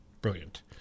Brilliant